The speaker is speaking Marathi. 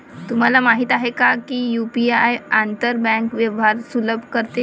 तुम्हाला माहित आहे का की यु.पी.आई आंतर बँक व्यवहार सुलभ करते?